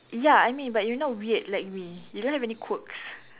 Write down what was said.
ya I mean but you not weird like me you don't have any quirks